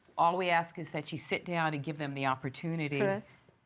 all we ask is that you sit down and give them the opportunity. cris.